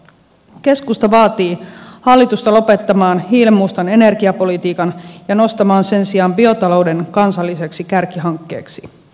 keskusta vaatii hallitusta lopettamaan hiilenmustan energiapolitiikan ja nostamaan sen sijaan biotalouden kansalliseksi kärkihankkeeksi